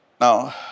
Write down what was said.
Now